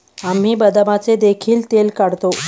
आम्ही बदामाचे देखील तेल काढतो